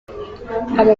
aba